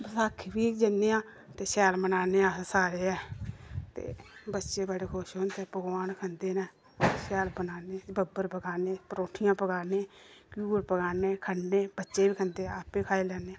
बसाखी बी जन्ने आं ते शैल मनाने आं अस सारे गै ते बच्चे बडे़ खुश होंदे पकवान खंदे न शैल बनाने बब्बर पकाने परौंठियां पकाने घ्यूर पकाने खन्ने बच्चे बी खंदे आपें बी खाई लैने